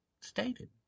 stated